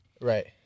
Right